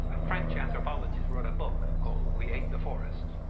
french anthropologist wrote a book ah called we ate the forest.